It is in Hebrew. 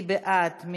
מי בעד?